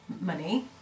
money